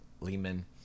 Lehman